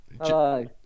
Hello